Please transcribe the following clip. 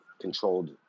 controlled